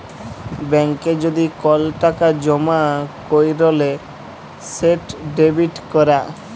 ব্যাংকে যদি কল টাকা জমা ক্যইরলে সেট ডেবিট ক্যরা